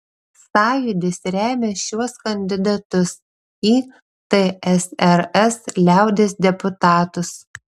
sąjūdis remia šiuos kandidatus į tsrs liaudies deputatus